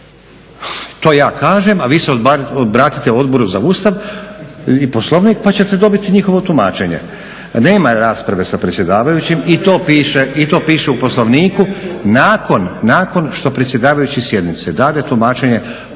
To ja kažem, a vi se obratite Odboru za Ustav i Poslovnik pa ćete dobiti njihovo tumačenje. … /Upadica se ne razumije./… Nema rasprave sa predsjedavajućim, i to piše u Poslovniku, nakon što predsjedavajući sjednice dade tumačenje po povredi